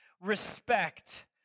respect